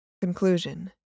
Conclusion